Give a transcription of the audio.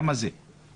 מבחינת אחוזים?